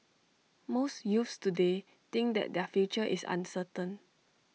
most youths today think that their future is uncertain